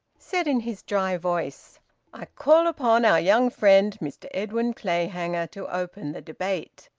said in his dry voice i call upon our young friend, mr edwin clayhanger, to open the debate,